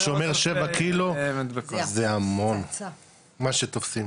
מה שאומר ששבע קילו זה המון, מה שתופסים.